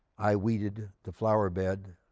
i weeded the flower bed.